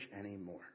anymore